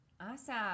Awesome